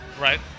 Right